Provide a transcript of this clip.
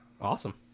awesome